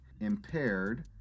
impaired